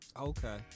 Okay